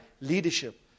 leadership